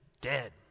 dead